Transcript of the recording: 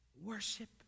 worship